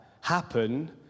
happen